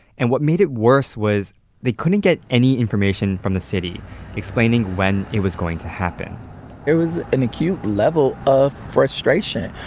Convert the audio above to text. and what made it worse was they couldn't get any information from the city explaining when it was going to happen it was an acute level of frustration,